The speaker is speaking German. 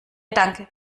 danke